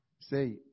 say